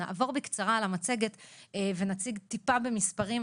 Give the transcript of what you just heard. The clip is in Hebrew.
נעבור בקצרה על המצגת ונציג כמה מספרים.